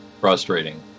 Frustrating